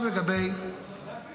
אני לא מבין על מה אתה מדבר.